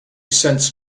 sensed